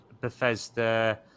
Bethesda